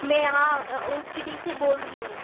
मैं यहाँ ऊँचडी से बोल रही हूँ